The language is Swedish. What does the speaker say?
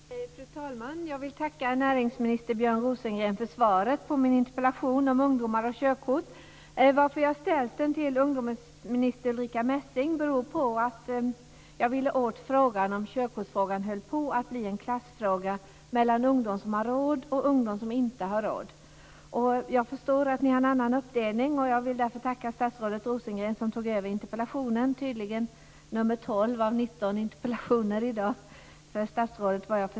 Fru talman! Jag vill tacka näringsminister Björn Rosengren för svaret på min interpellation om ungdomar och körkort. Anledningen till att jag ställt interpellationen till ungdomsminister Ulrica Messing är att jag ville åt frågan om detta med körkort håller på att bli en klassfråga mellan ungdom som har råd och ungdom som inte har råd. Jag förstår att ni har en annan uppdelning och vill därför tacka statsrådet Rosengren som tog över interpellationen, vilken tydligen är den tolfte av 19 interpellationer i dag för statsrådet.